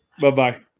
Bye-bye